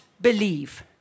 believe